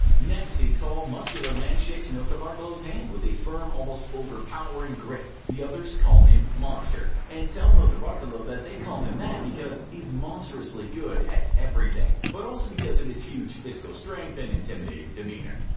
next a tall, muscular man shakes notarbartolo's hand with a firm, almost overpowering grip. the others call him monster, and tell notarbartolo that they call him that because he's monstrously good at everything, but also because of his huge physical strength and intimidating demeanor.